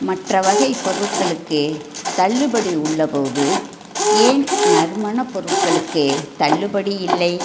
மற்ற வகை பொருட்களுக்கு தள்ளுபடி உள்ளபோது ஏன் நறுமண பொருட்களுக்கு தள்ளுபடி இல்லை